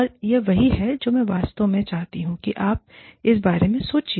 और यह वही है जो मैं वास्तव में चाहती हूं कि आप इस बारे में सोचिए